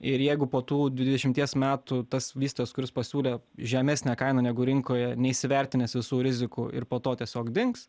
ir jeigu po tų dvidešimties metų tas vystojas kuris pasiūlė žemesnę kainą negu rinkoje neįsivertinęs visų rizikų ir po to tiesiog dings